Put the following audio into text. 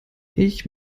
ich